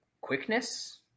quickness